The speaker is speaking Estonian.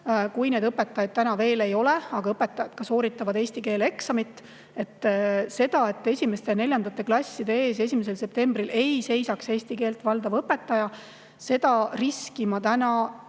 kui neid õpetajaid täna veel ei ole, aga õpetajad sooritavad eesti keele eksamit. Seda riski, et esimeste ja neljandate klasside ees 1. septembril ei seisa eesti keelt valdav õpetaja, ma pean väga